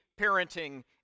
parenting